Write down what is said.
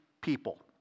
people